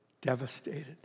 devastated